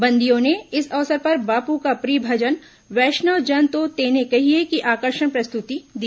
बंदियों ने इस अवसर पर बापू का प्रिय भजन वैष्णव जन तो तेने कहिए की आकर्षक प्रस्तुति दी